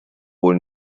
wohl